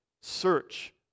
search